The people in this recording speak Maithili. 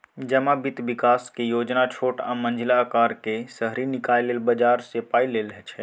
जमा बित्त बिकासक योजना छोट आ मँझिला अकारक शहरी निकाय लेल बजारसँ पाइ लेल छै